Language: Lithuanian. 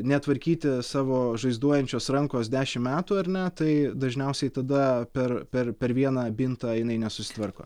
netvarkyti savo žaizduojančios rankos dešimt metų ar ne tai dažniausiai tada per per per vieną bintą jinai nesusitvarko